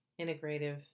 Integrative